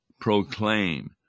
proclaim